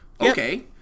Okay